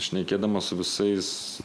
šnekėdamas su visais